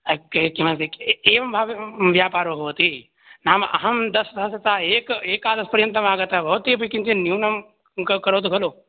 अग्रे किमपि एवं व्यापारो भवति नाम अहं दशसहस्रतः एक एकादशपर्यन्तमागतः भवती अपि किञ्चित् न्यूनं क करोतु खलु